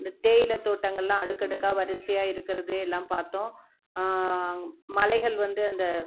இந்த தேயிலை தோட்டங்கள்லாம் அடுக்கடுக்காக வரிசையாக இருக்கிறது எல்லாம் பார்த்தோம் மலைகள் வந்து அந்த